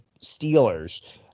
Steelers